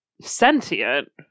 sentient